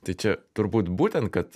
tai čia turbūt būtent kad